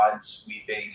sweeping